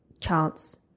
chance